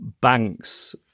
banks